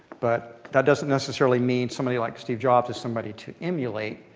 but that doesn't necessarily mean somebody like steve jobs is somebody to emulate,